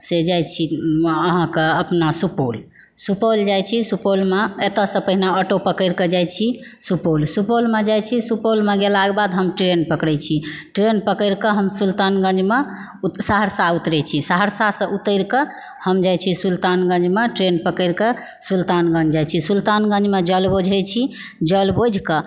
से जाय छी अहाँकऽ अपना सुपौल सुपौल जाय छी सुपौलमे एतयसँ पहिने ऑटो पकड़िके जाय छी सुपौल सुपौलमे जाय छी सुपौलमे गेलाके बाद हम ट्रेन पकड़ैत छी ट्रेन पकड़िके हम सुल्तानगंजमे सहरसा उतरै छी सहरसासँ उतरिकऽ हम जाय छी सुल्तानगंजमे ट्रेन पकड़िके सुल्तानगंज जाय छी सुल्तानगंजमे जल बोझय छी जल बोझिके